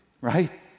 right